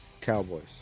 Cowboys